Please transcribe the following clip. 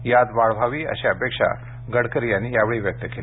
यात वाढ व्हावी अशी अपेक्षा गडकरी यांनी यावेळी व्यक्त केली